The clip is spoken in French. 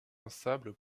instable